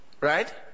Right